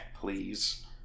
please